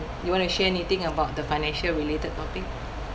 you want to share anything about the financial related topic